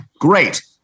Great